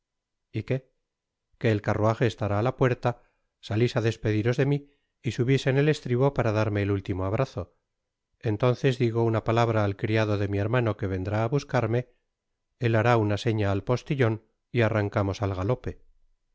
qué que el carruaje estará á la puerta salis á despediros de mi y subis en el estribo para darme el último abrazo entonces digo una palabra al criado de mi hermano que vendrá á buscarme él hará una seña al postillon y arrancamos al galope